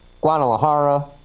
Guadalajara